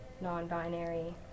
non-binary